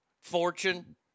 fortune